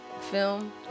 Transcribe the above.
film